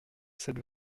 cette